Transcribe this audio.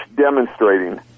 demonstrating